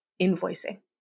Invoicing